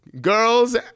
girls